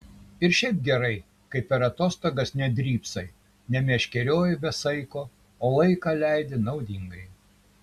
ir šiaip gerai kai per atostogas nedrybsai nemeškerioji be saiko o laiką leidi naudingai